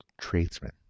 tradesmen